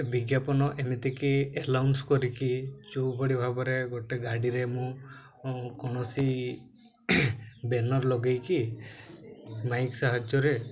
ବିଜ୍ଞାପନ ଏମିତିକି ଆଲାଉନ୍ସ କରିକି ଯେଉଁଭଳି ଭାବରେ ଗୋଟେ ଗାଡ଼ିରେ ମୁଁ କୌଣସି ବେନର୍ ଲଗାଇକି ମାଇକ୍ ସାହାଯ୍ୟରେ